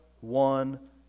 one